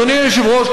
אדוני היושב-ראש,